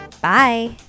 Bye